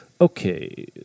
Okay